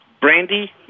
Brandy